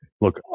look